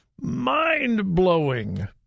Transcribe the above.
mind-blowing